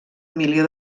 milió